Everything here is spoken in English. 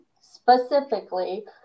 specifically